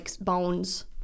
bones-